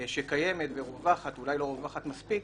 שקיימת ורווחת, אולי לא רווחת מספיק,